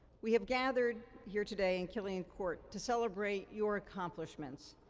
we have gathered here today in killeen court to celebrate your accomplishments,